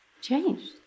changed